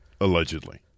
Allegedly